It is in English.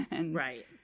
Right